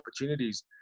opportunities